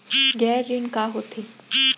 गैर ऋण का होथे?